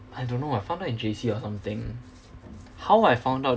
I don't know I found out in J_C or something how I found out